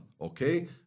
okay